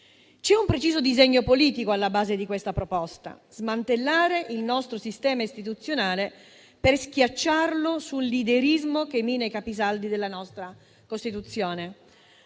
C'è un preciso disegno politico alla base di questa proposta: smantellare il nostro sistema istituzionale per schiacciarlo sul leaderismo che mina i capisaldi della nostra Costituzione.